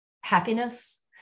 happiness